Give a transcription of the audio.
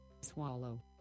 Swallow